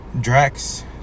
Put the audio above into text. Drax